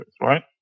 right